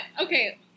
okay